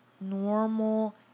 normal